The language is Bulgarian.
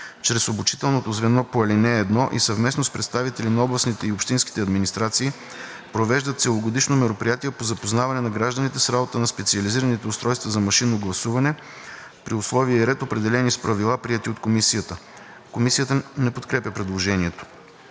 чрез обучителното звено по ал. 1 и съвместно с представители на областните и общинските администрации провеждат целогодишно мероприятия по запознаване на гражданите с работата на специализираните устройства за машинно гласуване, при условия и ред, определени с правила, приети от комисията.“ Комисията не подкрепя предложението.